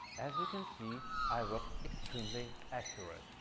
as you can see i worked extremely accurate.